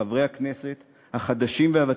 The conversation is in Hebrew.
חברי הכנסת החדשים והוותיקים.